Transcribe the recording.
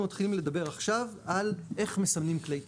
אנחנו מתחילים לדבר עכשיו על איך מסמנים כלי טיס.